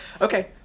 Okay